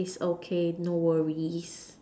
it's okay no worries